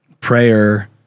prayer